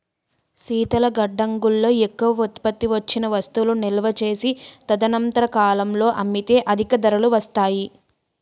శీతల గడ్డంగుల్లో ఎక్కువ ఉత్పత్తి వచ్చిన వస్తువులు నిలువ చేసి తదనంతర కాలంలో అమ్మితే అధిక ధరలు వస్తాయి